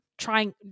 Trying